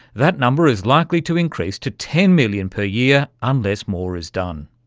that number is likely to increase to ten million per year unless more is done.